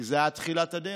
כי זה היה תחילת הדרך,